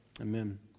Amen